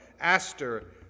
Aster